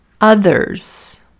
others